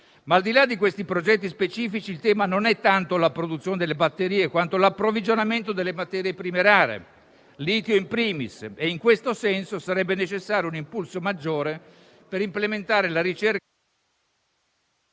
Al di là però di questi progetti specifici, il tema non è tanto la produzione delle batterie, quanto l'approvvigionamento delle materie prime rare; litio, *in primis.* In questo senso sarebbe necessario un impulso maggiore per implementare la ricerca...